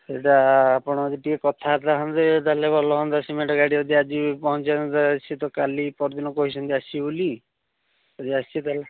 ସେଇଟା ଆପଣ ଯଦି ଟିକିଏ କଥାବାର୍ତ୍ତା ହୁଅନ୍ତେ ତା'ହେଲେ ଭଲ ହୁଅନ୍ତା ସିମେଣ୍ଟ୍ ଗାଡ଼ି ଯଦି ଆଜି ପହଞ୍ଚିଯାଆନ୍ତା ସେ ତ କାଲି ପହରଦିନ କହିଛନ୍ତି ଆସିବ ବୋଲି ଯଦି ଆସିବ ବୋଲି ଯଦି ଆସିବ ତା'ହେଲେ